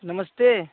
नमस्ते